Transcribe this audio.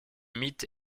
mythe